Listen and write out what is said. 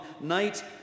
night